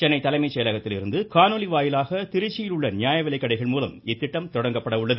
சென்னை தலைமை செயலகத்திலிருந்து காணொலி வாயிலாக திருச்சியில் உள்ள நியாய விலைக்கடைகள்மூலம் இத்திட்டம் தொடங்கப்பட உள்ளது